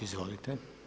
Izvolite.